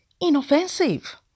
inoffensive